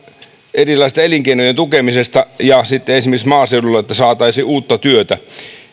erilaisten elinkeinojen tukemisesta ja esimerkiksi että maaseudulle saataisiin uutta työtä